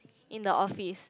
in the office